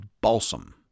Balsam